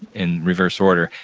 in reverse order,